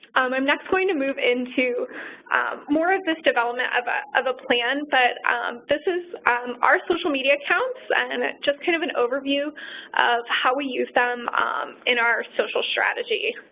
i'm next going to move into more of this development of ah of a plan, but this is um our social media accounts, and it's just kind of an overview of how we use them in our social strategy.